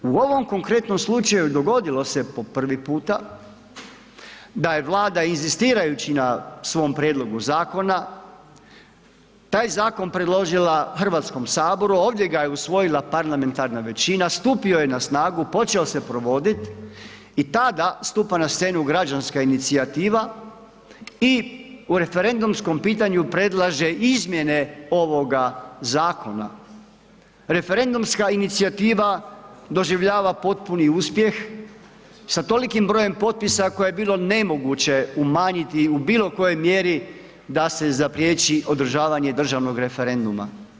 U ovom konkretnom slučaju dogodilo se po prvi puta da je Vlada inzistirajući na svom prijedlogu zakona, taj zakon predložila HS, ovdje ga je usvojila parlamentarna većina, stupio je na snagu, počeo se provodit i tada stupa na scenu građanska inicijativa i u referendumskom pitanju predlaže izmjene ovoga zakona, referendumska inicijativa doživljava potpuni uspjeh sa tolikim brojem potpisa koje je bilo nemoguće umanjiti u bilo kojoj mjeri da se zapriječi održavanje državnog referenduma.